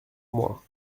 moi